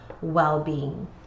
well-being